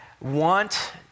want